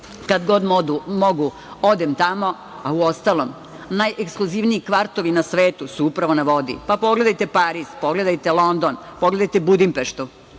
kad god mogu odem tamo. Uostalom, najekskluzivniji kvartovi na svetu su upravo na vodi. Pa, pogledajte Pariz, pogledajte London, pogledajte Budimpeštu.